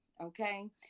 okay